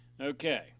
Okay